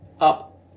up